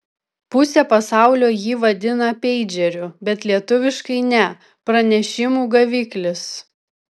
pusė pasaulio jį vadina peidžeriu bet lietuviškai ne pranešimų gaviklis